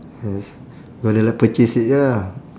yes got to like purchase it ya